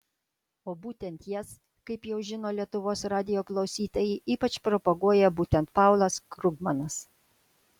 o būtent jas kaip jau žino lietuvos radijo klausytojai ypač propaguoja būtent paulas krugmanas